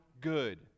good